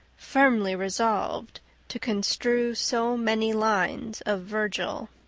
firmly resolved to construe so many lines of virgil.